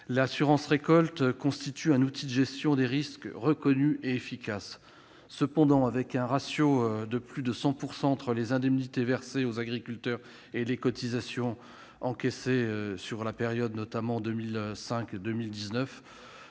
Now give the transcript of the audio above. L'assurance récolte constitue un outil de gestion des risques reconnu et efficace. Cependant, avec un ratio de plus de 100 % entre les indemnités versées aux agriculteurs et les cotisations encaissées sur la période 2005-2019,